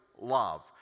love